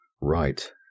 Right